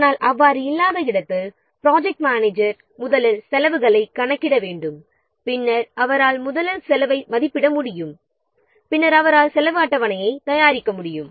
ஆனால் அவ்வாறு இல்லாத இடத்தில் ப்ராஜெக்ட் மனேஜர் முதலில் செலவுகளைக் கணக்கிட வேண்டும் பின்னர் அவரால் முதலில் செலவை மதிப்பிட முடியும் பின்னர் அவரால் செலவு அட்டவணையைத் தயாரிக்க முடியும்